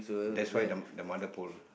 that's why the the mother pull